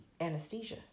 anesthesia